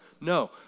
No